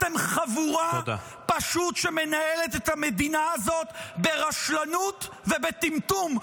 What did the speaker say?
אתם חבורה פשוט שמנהלת את המדינה הזאת ברשלנות ובטמטום,